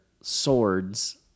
swords